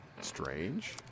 Strange